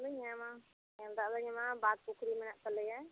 ᱧᱟᱢᱟ ᱫᱟᱜ ᱞᱮ ᱧᱟᱢᱟ ᱵᱟᱸᱫᱽ ᱯᱩᱠᱷᱩᱨᱤ ᱢᱮᱱᱟᱜ ᱛᱟᱞᱮᱭᱟ